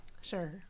Sure